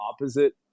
opposite